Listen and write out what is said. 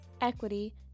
Equity